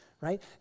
right